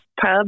pub